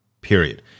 period